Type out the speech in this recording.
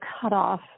cutoff